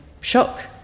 shock